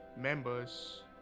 members